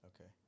Okay